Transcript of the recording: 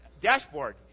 dashboard